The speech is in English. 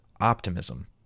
optimism